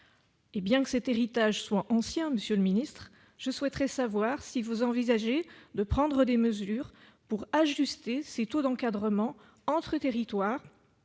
». Bien que cet héritage soit ancien, je souhaiterais savoir si vous envisagez de prendre des mesures pour ajuster les taux d'encadrement entre territoires,